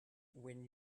when